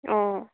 অঁ